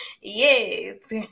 Yes